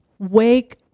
wake